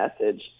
message